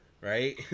right